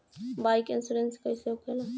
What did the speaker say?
Bike insurance कैसे होखे ला?